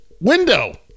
window